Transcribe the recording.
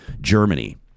Germany